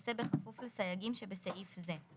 תיעשה בכפוף לסייגים שבסעיף זה.